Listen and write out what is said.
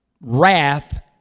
wrath